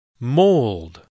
Mold